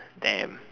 damn